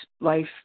life